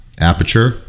Aperture